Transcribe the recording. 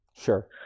sure